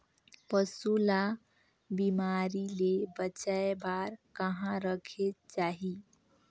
पशु ला बिमारी ले बचाय बार कहा रखे चाही?